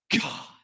God